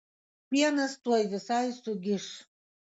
pienas tuoj visai sugiš